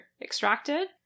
extracted